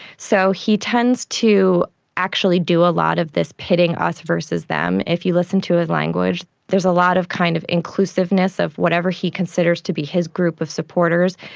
so he tends to actually do a lot of this pitting us versus them. if you listen to his language, there's a lot of kind of inclusiveness of whatever he considers to be his group of supporters,